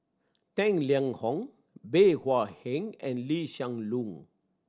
Tang Liang Hong Bey Hua Heng and Lee Hsien Loong